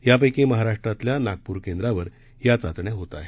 यापैकी महाराष्ट्रातील नागप्र केंद्रावर हया चाचण्या होत आहे